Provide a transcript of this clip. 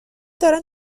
دارن